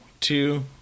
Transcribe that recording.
two